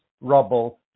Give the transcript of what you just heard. rubble